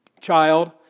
child